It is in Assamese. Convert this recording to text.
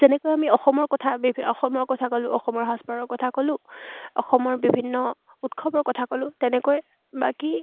যেনেকৈ আমি অসমৰ কথা আমি অসমৰ কথা ক'লোঁ অসমৰ সাজ পাৰৰ কথা ক'লোঁ অসমৰ বিভিন্ন উৎসৱৰ কথা ক'লোঁ তেনেকৈ বাকী